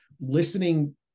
listening